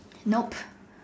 nope